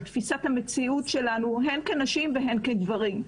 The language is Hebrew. על תפיסת המציאות שלנו הן כנשים והן כגברים,